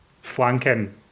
flanking